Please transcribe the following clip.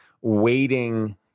waiting